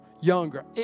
younger